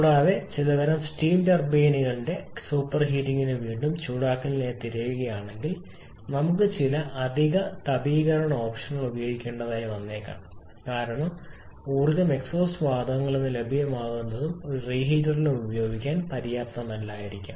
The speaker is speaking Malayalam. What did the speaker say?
കൂടാതെ നിങ്ങൾ ചിലതരം സ്റ്റീം ടർബൈനിന്റെ സൂപ്പർഹീറ്റിംഗിനും വീണ്ടും ചൂടാക്കലിനുമായി തിരയുകയാണെങ്കിൽ നമുക്ക് ചില അധിക തപീകരണ ഓപ്ഷൻ ഉപയോഗിക്കേണ്ടി വന്നേക്കാം കാരണം ഊർജ്ജം എക്സോസ്റ്റ് വാതകങ്ങളിൽ വീണ്ടും ലഭ്യമാകുന്നത് ഒരു റീഹീറ്ററിലും ഉപയോഗിക്കാൻ പര്യാപ്തമല്ലായിരിക്കാം